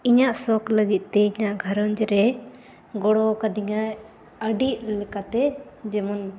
ᱤᱧᱟᱜ ᱥᱚᱠ ᱞᱟᱹᱜᱤᱫᱛᱮ ᱤᱧᱟᱹᱜ ᱜᱷᱟᱨᱚᱸᱡᱽ ᱨᱮ ᱜᱚᱲᱚ ᱟᱠᱟᱫᱤᱧᱟᱭ ᱟᱹᱰᱤ ᱞᱮᱠᱟᱛᱮ ᱡᱮᱢᱚᱱ